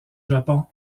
japon